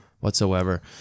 whatsoever